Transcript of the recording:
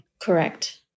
Correct